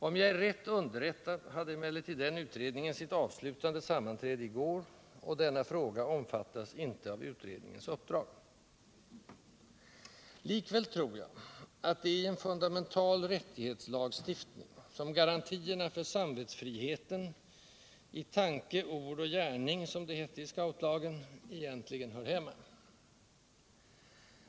Om jag är rätt underrättad hade emellertid den utredningen sitt avslutande sammanträde i går, och denna fråga omfattas icke av utredningens uppdrag. Likväl tror jag att det är i en fundamental rättighetslagstiftning som garantierna för samvetsfriheten — i tanke, ord och gärning, som det hette i scoutlagen — egentligen hör hemma.